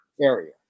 area